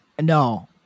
No